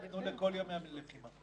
לכל יום 100 מיליון כמעט.